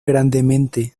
grandemente